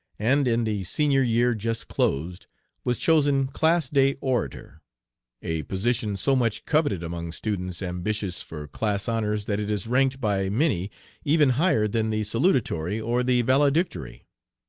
and in the senior year just closed was chosen class-day orator a position so much coveted among students ambitious for class honors that it is ranked by many even higher than the salutatory or the valedictory.